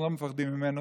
אנחנו לא מפחדים ממנו,